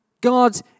God